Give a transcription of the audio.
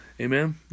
amen